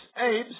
Abes